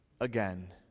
again